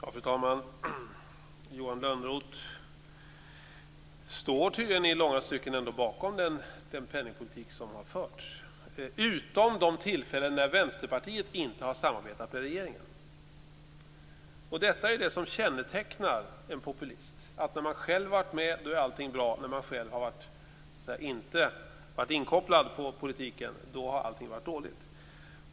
Fru talman! Johan Lönnroth står ändå i långa stycken bakom den penningpolitik som har förts utom vid de tillfällen då Vänsterpartiet inte har samarbetat med regeringen. Detta är det som kännetecknar en populist. När man själv har varit med, så är allting bra. När man själv inte har varit inkopplad på politiken, då har allting varit dåligt.